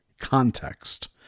context